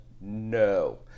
No